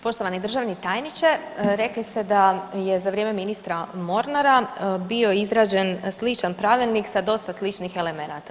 Poštovani državni tajniče, rekli ste da je za vrijeme ministra Mornara bio izgrađen sličan Pravilnik sa dosta sličnih elemenata.